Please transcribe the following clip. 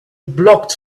blocked